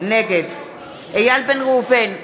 נגד איל בן ראובן,